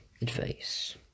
advice